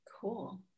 Cool